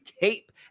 tape